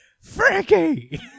Frankie